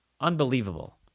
Unbelievable